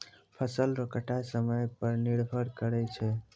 फसल रो कटाय समय पर निर्भर करै छै